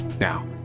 Now